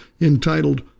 entitled